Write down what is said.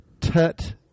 Tut